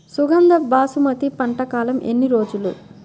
సుగంధ బాసుమతి పంట కాలం ఎన్ని రోజులు?